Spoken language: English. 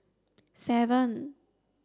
seven